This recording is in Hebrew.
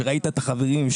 שראית את החברים,